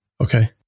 Okay